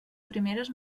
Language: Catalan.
primeres